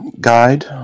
guide